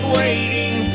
waiting